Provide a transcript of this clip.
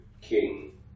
King